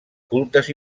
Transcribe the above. cultes